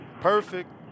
Perfect